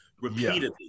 repeatedly